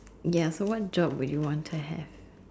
ya so what job would you want to have